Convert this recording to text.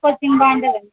coaching బాగుంటుంది